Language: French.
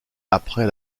après